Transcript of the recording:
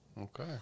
Okay